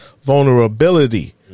vulnerability